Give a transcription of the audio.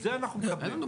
את זה אנחנו מקבלים.